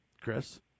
Chris